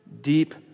deep